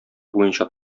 буенча